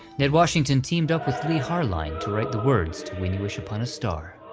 ned washington teamed up with leigh harline to write the words to when you wish upon a star.